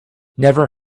never